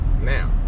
Now